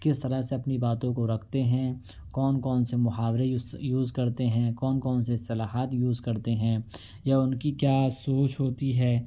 کس طرح سے اپنی باتوں کو رکھتے ہیں کون کون سے محاورے یوز کرتے ہیں کون کون سے اصطلاحات یوز کرتے ہیں یا ان کی کیا سوچ ہوتی ہے